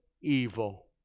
evil